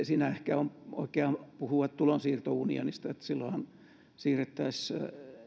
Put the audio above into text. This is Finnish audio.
siinä ehkä on oikein puhua tulonsiirtounionista silloinhan siirrettäisiin